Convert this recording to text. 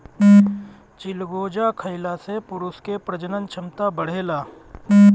चिलगोजा खइला से पुरुष के प्रजनन क्षमता बढ़ेला